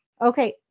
okay